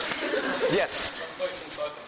Yes